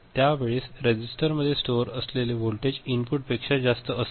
त्या वेळेस रजिस्टर मध्ये स्टोर असलेले व्होल्टेज इनपुट पेक्षा जास्त असेल